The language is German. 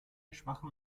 schwachem